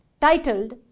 titled